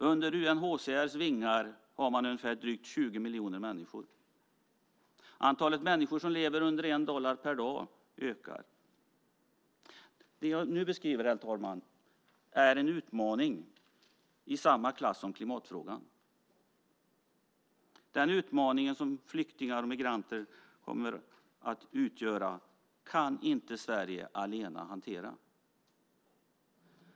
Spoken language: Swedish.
Under UNHCR:s vingar finns drygt 20 miljoner människor. Antalet människor som lever på under 1 dollar per dag ökar. Det jag nu beskriver, herr talman, är en utmaning i samma klass som klimatfrågan. Den utmaning som flyktingar och migranter kommer att utgöra kan inte Sverige allena hantera.